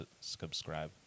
subscribe